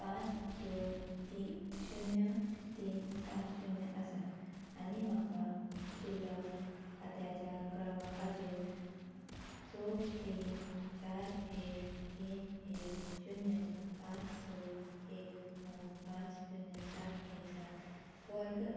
पांच दोन ती शुन्य तीन सात शुन्य आसा आनी म्हाका शिल्लक खात्याच्या क्रमांकाचेर स तीन चार एक तीन एक शुन्य पांच स एक णव पांच शुन्य सात एक सात वर्ग